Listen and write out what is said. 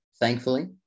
thankfully